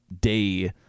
day